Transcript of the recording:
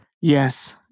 yes